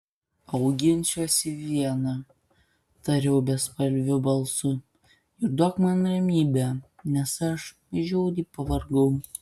auginsiuosi viena tariau bespalviu balsu ir duok man ramybę nes aš žiauriai pavargau